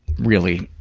really,